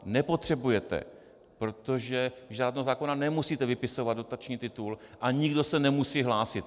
Nepotřebujete, protože z žádného zákona nemusíte vypisovat dotační titul a nikdo se nemusí hlásit.